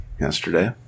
yesterday